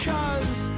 Cause